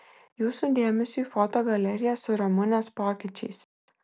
jūsų dėmesiui foto galerija su ramunės pokyčiais